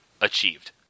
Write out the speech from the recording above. Achieved